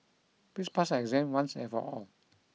please pass your exam once and for all